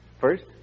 First